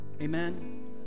Amen